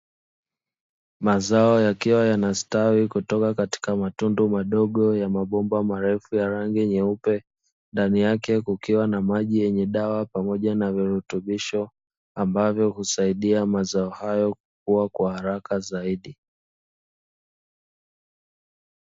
Mazao yakiwa yanastawi kutoka katika matundu madogo ya mabomba marefu ya rangi nyeupe, ndani yake kukiwa na maji yenye dawa pamoja na virutubisho, ambavyo husaidia mazao hayo kuua kwa haraka zaidi.